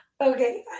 Okay